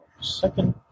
second